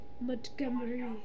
Montgomery